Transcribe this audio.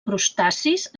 crustacis